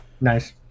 Nice